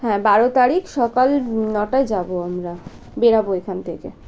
হ্যাঁ বারো তারিখ সকাল নটায় যাবো আমরা বেরবো এখান থেকে